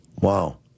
Wow